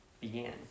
began